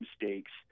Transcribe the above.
mistakes